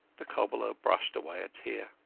the cobbler brushed away a tear.